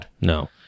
no